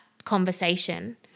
Conversation